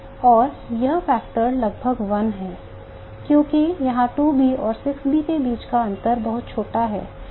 और यह फैक्टर लगभग 1 है क्योंकि यहाँ 2B और 6B के बीच का अंतर बहुत छोटा है